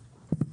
וכולי.